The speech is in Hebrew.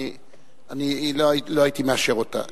אני לא הייתי מאשר אותה.